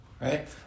Right